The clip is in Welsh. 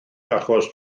achos